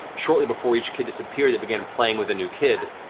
shortly before each kid disappeared, they began playing with a new kid